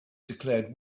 declared